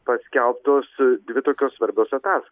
paskelbtos dvi tokios svarbios ataskai